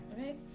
Okay